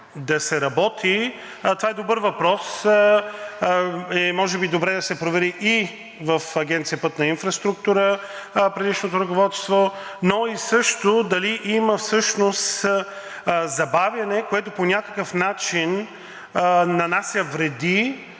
да се работи, това е добър въпрос и може би е добре да се провери и в Агенция „Пътна инфраструктура“ – предишното ръководство, но и дали всъщност има забавяне, което по някакъв начин нанася вреди